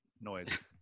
noise